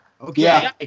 Okay